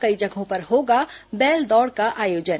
कई जगहों पर होगा बैल दौड़ का आयोजन